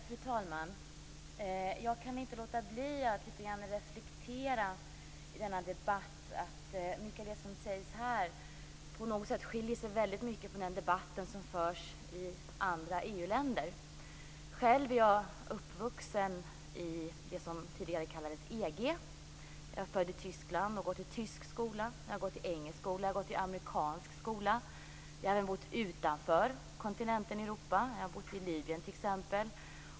Fru talman! Jag kan inte låta bli att göra reflexionen att mycket av det som sägs här skiljer sig mycket från den debatt som förs i andra EU-länder. Jag är uppvuxen i det som tidigare kallades EG. Jag är född i Tyskland. Jag har gått i tysk skola. Jag har gått i engelsk skola. Jag har gått i amerikansk skola. Jag har även bott utanför kontinenten Europa. Jag har bott i Libyen t.ex.